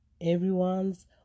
everyone's